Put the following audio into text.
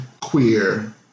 queer